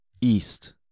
east